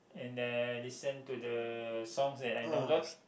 and I listen to the songs that I download